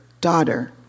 daughter